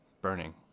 Burning